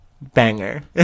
Banger